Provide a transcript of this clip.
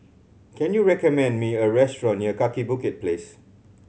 can you recommend me a restaurant near Kaki Bukit Place